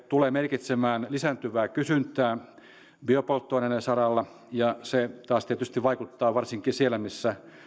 tulee merkitsemään lisääntyvää kysyntää biopolttoaineiden saralla ja se taas tietysti vaikuttaa varsinkin siellä missä